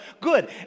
good